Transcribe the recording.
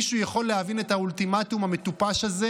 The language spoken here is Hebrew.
מישהו יכול להבין את האולטימטום המטופש הזה,